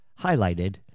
highlighted